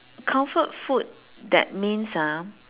comfort food that means ah